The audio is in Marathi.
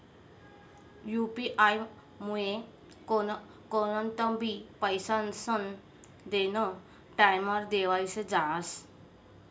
यु.पी आयमुये कोणतंबी पैसास्नं देनं टाईमवर देवाई जास